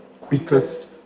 quickest